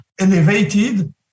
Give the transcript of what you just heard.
elevated